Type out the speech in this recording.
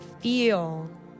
feel